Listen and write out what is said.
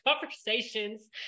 conversations